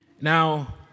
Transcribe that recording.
Now